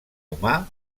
humà